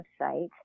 website